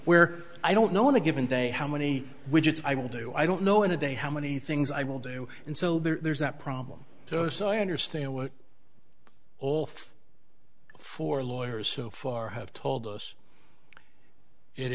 where i don't know in a given day how many widgets i will do i don't know in a day how many things i will do and so there's that problem so so i understand what for lawyers so far have told us it